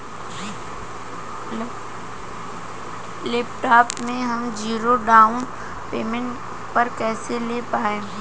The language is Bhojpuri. लैपटाप हम ज़ीरो डाउन पेमेंट पर कैसे ले पाएम?